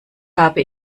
habe